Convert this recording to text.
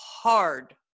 hard